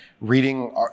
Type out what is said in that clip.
reading